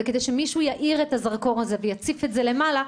כדי שמישהו יאיר את הזרקור הזה ויציף את זה למעלה,